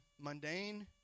mundane